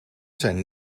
zijn